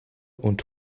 und